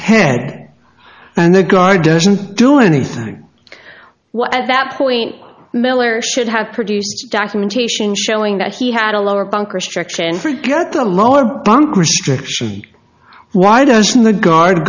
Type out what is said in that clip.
head and the guy doesn't do anything what at that point miller should have produced documentation showing that he had a lower bunk restriction forget the lower bunk restriction why doesn't the guard